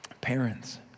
Parents